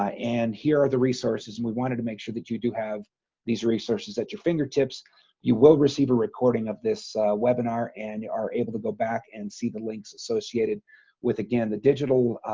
ah and here are the resources and we wanted to make sure that you do have these resources at your fingertips you will receive a recording of this, ah webinar and are able to go back and see the links associated with again the digital,